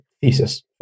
thesis